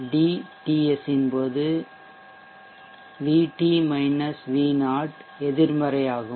D V 0 VT - V0 எதிர்மறையாகும்